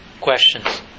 questions